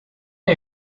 are